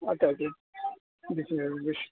ಮಾತಾಡಿ ರೀ